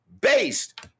based